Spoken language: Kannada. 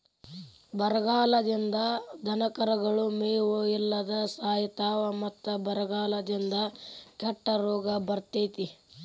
ಬರಗಾಲದಿಂದ ದನಕರುಗಳು ಮೇವು ಇಲ್ಲದ ಸಾಯಿತಾವ ಮತ್ತ ಬರಗಾಲದಿಂದ ಕೆಟ್ಟ ರೋಗ ಬರ್ತೈತಿ